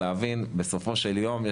בסופו של יום,